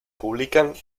publican